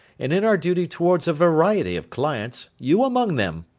and in our duty towards a variety of clients, you among them,